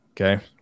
okay